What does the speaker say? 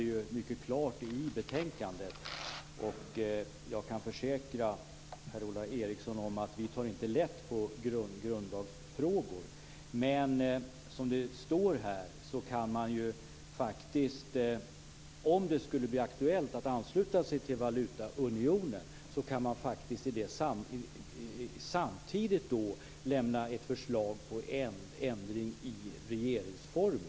Jag kan försäkra Per-Ola Eriksson att vi inte tar lätt på grundlagsfrågor, men som det står i betänkandet kan man, om det skulle bli aktuellt att ansluta sig till valutaunionen, samtidigt lämna ett förslag på ändring i regeringsformen.